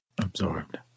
Absorbed